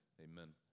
Amen